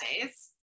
days